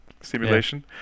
simulation